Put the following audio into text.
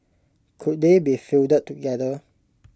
could they be fielded together